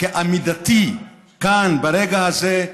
כעמידתי כאן ברגע הזה,